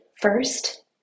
First